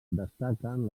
destaquen